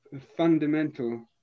fundamental